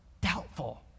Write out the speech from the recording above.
Doubtful